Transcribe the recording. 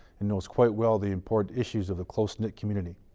and knows quite well the important issues of the close knit community.